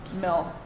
milk